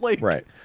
Right